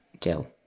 Jill